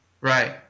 Right